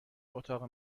اتاق